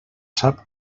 sap